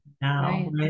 now